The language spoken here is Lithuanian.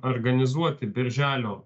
organizuoti birželio